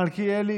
מלכיאלי,